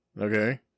Okay